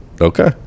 Okay